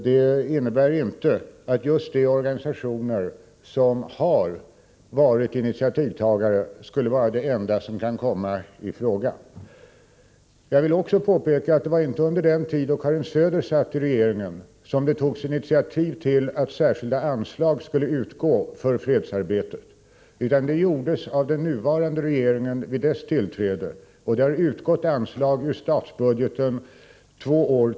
Det innebär inte att just de organisationer som har varit initiativtagare skulle vara de enda som kan komma i fråga. Jag vill också påpeka att det inte var under den tid då Karin Söder satt i regeringen som det togs initiativ till att särskilda anslag skulle utgå till fredsarbetet. Det skedde under den nuvarande regeringen, och det har utgått anslag från statsbudgeten i två år.